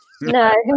No